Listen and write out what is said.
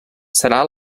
serà